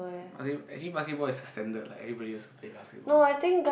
act~ actually basketball is a standard leh like everybody also play basketball